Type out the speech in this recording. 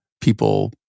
people